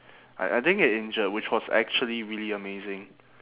I I didn't get injured which was actually really amazing